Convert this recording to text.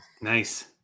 nice